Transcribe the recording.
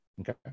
okay